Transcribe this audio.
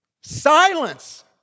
Silence